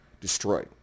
Destroyed